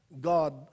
God